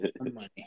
money